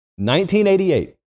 1988